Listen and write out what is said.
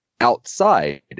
outside